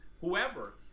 whoever